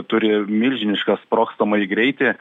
turi milžinišką sprogstamąjį greitį